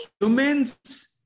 humans